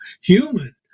human